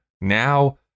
now